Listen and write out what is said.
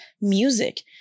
music